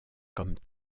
comme